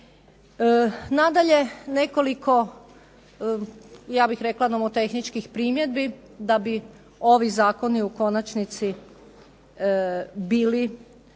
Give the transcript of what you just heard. Nadalje, ja bih rekla nekoliko nomotehničkih primjedbi da bi ovi zakoni u konačnici bili